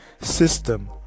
system